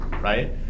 Right